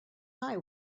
eye